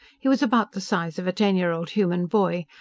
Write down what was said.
he was about the size of a ten-year-old human boy,